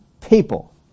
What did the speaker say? people